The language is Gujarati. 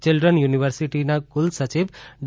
ચિલ્ડ્રન યુનવિર્સિટીનાં કુલસચિવ ડો